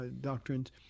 doctrines